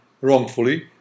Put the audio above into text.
wrongfully